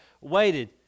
waited